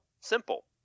simple